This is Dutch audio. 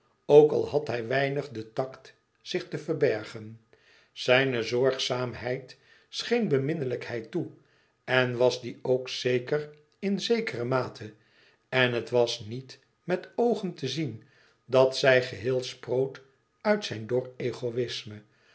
ook al had hij weinig den tact zich te verbergen zijne zorgzaamheid scheen beminnelijkheid toe en was die ook zeker in zekere mate en het was niet met oogen te zien dat zij geheel sproot uit zijn dor egoïsme